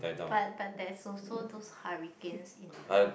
but but there's also those hurricanes in the